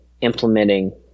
implementing